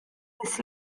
this